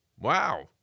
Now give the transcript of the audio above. Wow